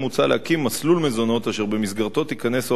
ומשפט להכנה לקריאה שנייה ושלישית.